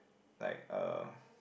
like uh